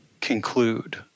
conclude